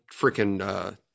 freaking